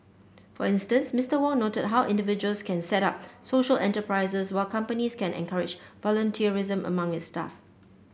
for instance Mister Wong noted how individuals can set up social enterprises while companies can encourage volunteerism among its staff